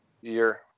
year